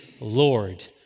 Lord